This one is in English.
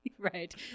Right